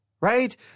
Right